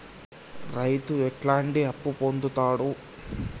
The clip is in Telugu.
రైతు ఎట్లాంటి అప్పు పొందుతడు?